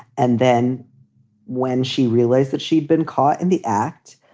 and then when she realized that she'd been caught in the act,